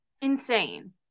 Insane